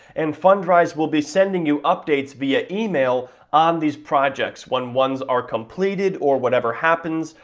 and fundrise will be sending you updates via email on these projects when ones are completed or whatever happens,